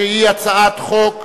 אני קובע שחוק לתיקון פקודת מס הכנסה